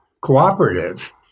cooperative